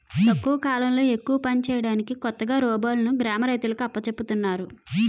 తక్కువ కాలంలో ఎక్కువ పని చేయడానికి కొత్తగా రోబోలును గ్రామ రైతులకు అప్పజెపుతున్నారు